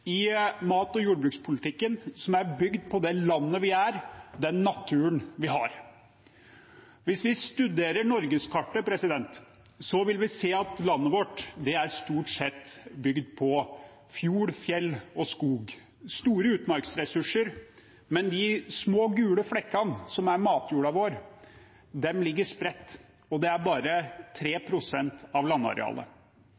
i mat- og jordbrukspolitikken som er bygd på det landet vi er, og den naturen vi har. Hvis vi studerer norgeskartet, vil vi se at landet vårt stort sett er bygd på fjord, fjell og skog. Det er store utmarksressurser, men de små, gule flekkene som er matjorda vår, ligger spredt, og det er bare